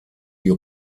die